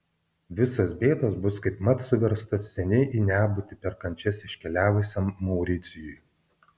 visos bėdos bus kaipmat suverstos seniai į nebūtį per kančias iškeliavusiam mauricijui